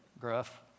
gruff